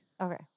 Okay